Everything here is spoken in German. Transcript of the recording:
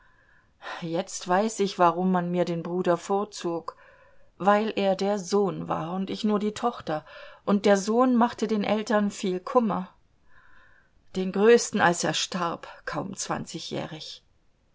jetzt weiß ich warum man mir den bruder vorzog weil er der sohn war und ich nur die tochter und der sohn machte den eltern viel kummer den größten als er starb kaum zwanzigjährig